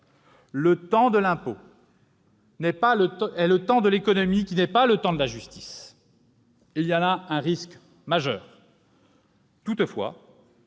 Le temps de l'impôt est le temps de l'économie, qui n'est pas le temps de la justice. Il y a là un risque majeur. Toutefois,